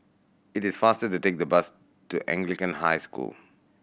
it is faster to take the bus to Anglican High School